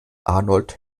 arnold